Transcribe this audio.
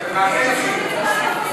זה מעשה נסים.